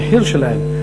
המחיר שלהם.